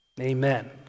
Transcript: Amen